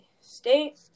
state